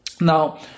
Now